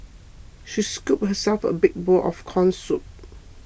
she scooped herself a big bowl of Corn Soup